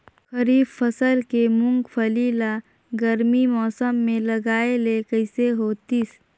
खरीफ फसल के मुंगफली ला गरमी मौसम मे लगाय ले कइसे होतिस?